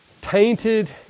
tainted